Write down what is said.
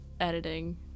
editing